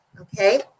Okay